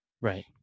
Right